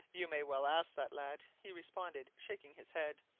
you may well ask that, lad, he responded, shaking his head.